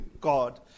God